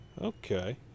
Okay